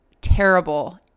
terrible